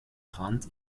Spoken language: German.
rand